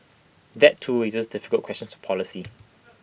that too raises difficult questions of policy